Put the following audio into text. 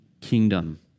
kingdom